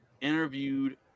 interviewed